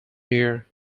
near